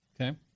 Okay